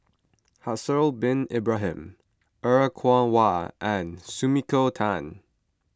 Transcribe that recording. Haslir Bin Ibrahim Er Kwong Wah and Sumiko Tan